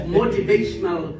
motivational